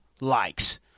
likes